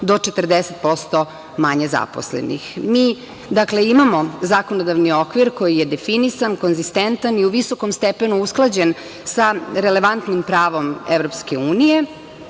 do 40% manje zaposlenih. Mi, dakle, imamo zakonodavni okvir koji je definisan, konzistentan i u visokom stepenu usklađen sa relevantnim pravom